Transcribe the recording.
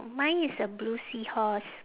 mine is a blue seahorse